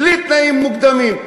בלי תנאים מוקדמים,